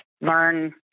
learn